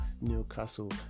Newcastle